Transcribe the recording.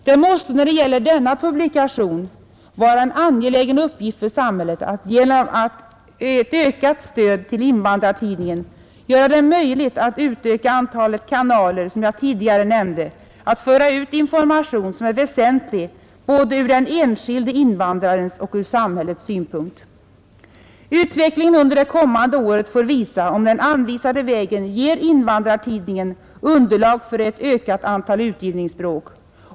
Det måste när det gäller denna publikation vara en angelägen uppgift för samhället att genom ett ökat stöd till Invandrartidningen göra det möjligt att utöka antalet kanaler, som jag tidigare nämnde, att föra ut information som är väsentlig både ur den enskilde invandrarens och samhällets synpunkt. Utvecklingen under det kommande året får visa om den anvisade vägen ger Invandrartidningen underlag för ett ökat antal utgivningsspråk.